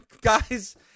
guys